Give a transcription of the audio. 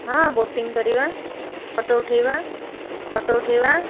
ହଁ ବୋଟିଂ କରିବା ଫଟୋ ଉଠେଇବା ଫଟୋ ଉଠେଇବା